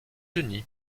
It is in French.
unis